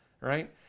right